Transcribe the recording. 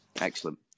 excellent